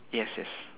yes yes